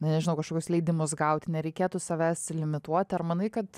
nežinau kažkokius leidimus gauti nereikėtų savęs limituoti ar manai kad